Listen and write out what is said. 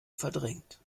verdrängt